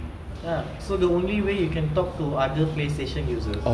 ya so the only way you can talk to other playstation users